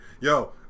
Yo